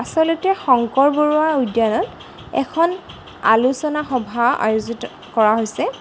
আচলতে শংকৰ বৰুৱা উদ্যানত এখন আলোচনা সভা আয়োজিত কৰা হৈছে